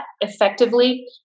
effectively